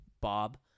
Bob